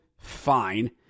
Fine